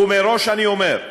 ומראש אני אומר,